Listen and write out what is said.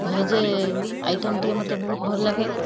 ଭେଜେ item ଟିକେ ମୋତେ ବହୁତ ଭଲ ଲାଗେ